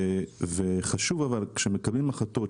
אבל חשוב שכשמקבלים החלטות,